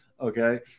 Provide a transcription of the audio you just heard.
okay